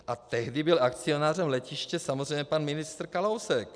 A tehdy byl akcionářem letiště samozřejmě pan ministr Kalousek.